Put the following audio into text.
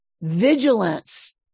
vigilance